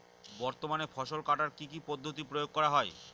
বর্তমানে ফসল কাটার কি কি পদ্ধতি প্রয়োগ করা হয়?